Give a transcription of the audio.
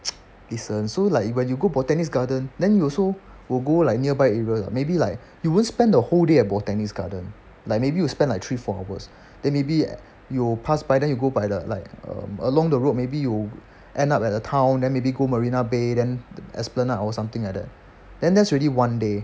listen so like you when you go botanics garden then you also will go like nearby area [what] maybe like you won't spend the whole day at botanics garden like maybe you spend like three four hours then maybe you pass by then you go by the like along the road maybe you will end up at uh town and maybe go marina bay then the esplanade or something like that and that's already one day